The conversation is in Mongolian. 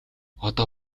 одоо